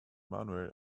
manuel